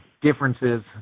differences